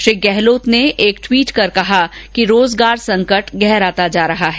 श्री गहलोत ने एक ट्वीट कर कहा कि रोजगार संकट गहराता जा रहा है